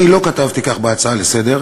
אני לא כתבתי כך בהצעה לסדר-היום,